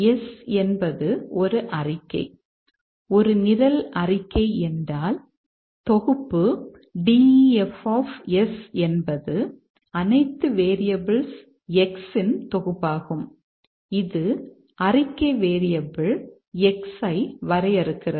S என்பது ஒரு அறிக்கை ஒரு நிரல் அறிக்கை என்றால் தொகுப்பு DEF என்பது அனைத்து வேரியபிள்ஸ் X இன் தொகுப்பாகும் இது அறிக்கை வேரியபிள் X ஐ வரையறுக்கிறது